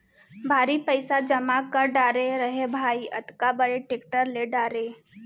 भारी पइसा जमा कर डारे रहें भाई, अतका बड़े टेक्टर ले डारे